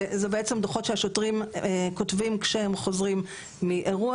זה בעצם דו"חות שהשוטרים כותבים כשהם חוזרים מאירוע.